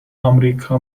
امریکا